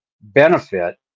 benefit